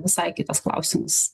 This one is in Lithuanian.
visai kitas klausimas